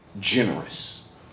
generous